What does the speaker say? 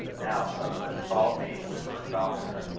now, sutherland, follow me, whispered falconer,